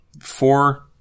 four